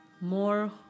more